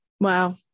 Wow